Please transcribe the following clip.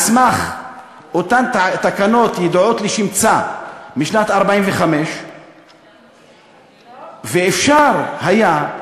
על סמך אותן תקנות ידועות לשמצה משנת 1945. ואפשר היה,